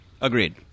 Agreed